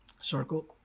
circle